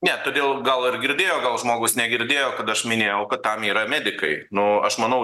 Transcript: ne todėl gal ir girdėjo gal žmogus negirdėjo kad aš minėjau kad tam yra medikai nu aš manau